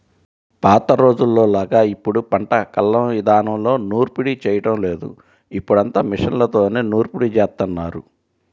పాత రోజుల్లోలాగా ఇప్పుడు పంట కల్లం ఇదానంలో నూర్పిడి చేయడం లేదు, ఇప్పుడంతా మిషన్లతోనే నూర్పిడి జేత్తన్నారు